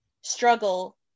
struggle